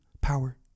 power